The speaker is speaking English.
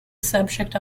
subject